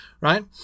right